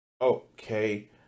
Okay